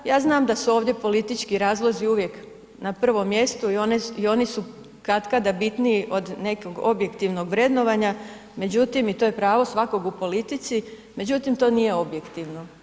Ja znam da su ovdje politički razlozi uvijek na prvom mjestu i oni su katkada bitniji od nekog objektivnog vrednovanja, međutim i to je pravo svakog u politici, međutim to nije objektivno.